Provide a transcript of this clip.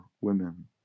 women